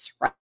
right